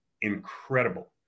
incredible